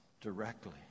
directly